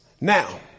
Now